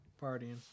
Partying